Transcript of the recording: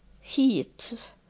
heat